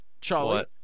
Charlie